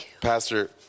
Pastor